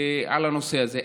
על הנושא הזה.